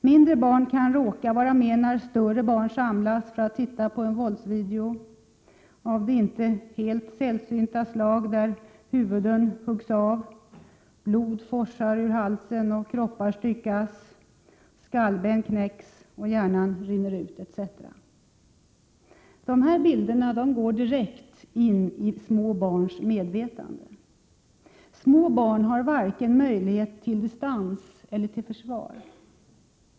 Mindre barn kan råka vara med när större samlas för att titta på en våldsvideo av det inte helt sällsynta slag där huvuden huggs av, blod forsar ur halsen, kroppar styckas, skallben knäcks, hjärnan rinner ut etc. De här bilderna går direkt in i små barns medvetande: Små barn har inte möjlighet till vare sig distans eller försvar.